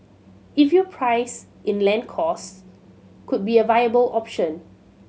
if you price in land costs could be a viable option